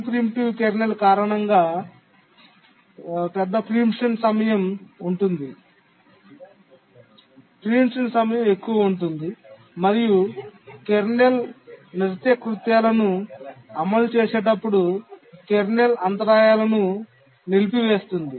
pre-emptive కాని kernel కారణంగా పెద్ద ప్రీమిప్షన్ సమయం ఉంది మరియు కెర్నల్ నిత్యకృత్యాలను అమలు చేసేటప్పుడు కెర్నల్ అంతరాయాలను నిలిపివేస్తుంది